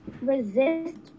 resist